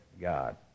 God